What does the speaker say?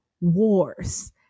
wars